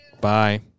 Bye